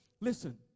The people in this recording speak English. listen